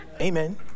Amen